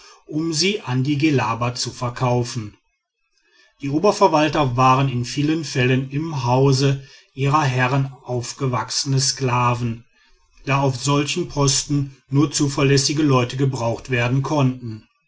um sie an die gellaba zu verkaufen die oberverwalter waren in vielen fällen im hause ihrer herren aufgewachsene sklaven da auf solchen posten nur zuverlässige leute gebraucht werden konnten